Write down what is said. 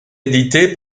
édité